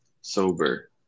sober